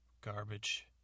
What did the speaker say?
garbage